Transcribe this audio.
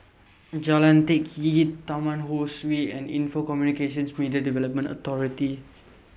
Jalan Teck Kee Taman Ho Swee and Info Communications Media Development Authority